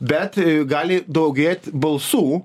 bet gali daugėt balsų